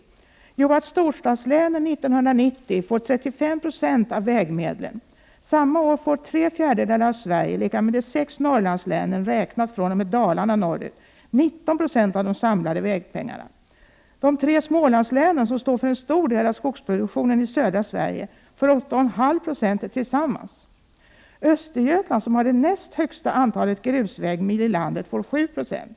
Jo, till att storstadslänen år 1990 får 35 20 av vägmedlen. Samma år får tre fjärdedelar av Sverige, dvs. de sex Norrlandslänen räknat från Dalarna och norrut, 19 90 av de samlade vägpengarna. De tre Smålandslänen, som står för en stor del av skogsproduktionen i södra Sverige, får 8,5 96 tillsammans. Östergötland, som har det näst högsta antalet grusvägmil i landet, får 7 20.